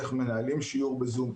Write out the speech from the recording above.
איך מנהלים שיעור בזום,